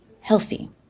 healthy